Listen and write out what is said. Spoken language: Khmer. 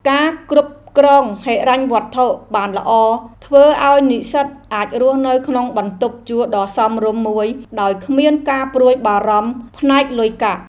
ការគ្រប់គ្រងហិរញ្ញវត្ថុបានល្អធ្វើឱ្យនិស្សិតអាចរស់នៅក្នុងបន្ទប់ជួលដ៏សមរម្យមួយដោយគ្មានការព្រួយបារម្ភផ្នែកលុយកាក់។